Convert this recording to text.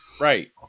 Right